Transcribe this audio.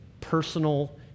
personal